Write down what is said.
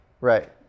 right